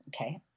okay